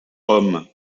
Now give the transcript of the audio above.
homme